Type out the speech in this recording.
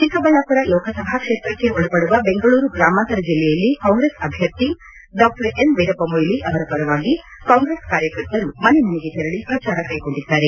ಚಿಕ್ಕಬಳ್ಳಾಮರ ಲೋಕಸಭಾ ಕ್ಷೇತ್ರಕ್ಕೆ ಒಳಪಡುವ ಬೆಂಗಳೂರು ಗ್ರಾಮಾಂತರ ಜಿಲ್ಲೆಯಲ್ಲಿ ಕಾಂಗ್ರೆಸ್ ಅಭ್ಯರ್ಥಿ ಡಾ ಎಂ ವೀರಪ್ಪ ಮೊಯ್ಲಿ ಅವರ ಪರವಾಗಿ ಕಾಂಗ್ರೆಸ್ ಕಾರ್ಯಕರ್ತರು ಮನೆ ಮನೆಗೆ ತೆರಳಿ ಪ್ರಚಾರ ಕೈಗೊಂಡಿದ್ದಾರೆ